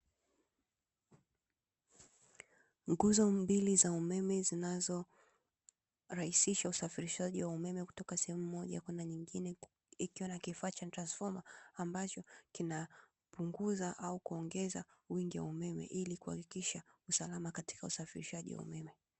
Nguzo mbili za umeme zinazorahisisha usafirirshaji wa umeme kutoka sehemu moja kwenda nyingine, ikiwa na kifaa cha transfoma ambacho kinapunguza au kuongeza wingi wa umeme ili kuhakikisha usalama katika usafirishaji wa umeme.